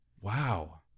Wow